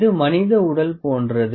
இது மனித உடல் போன்றது